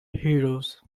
heroes